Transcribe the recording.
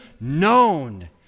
known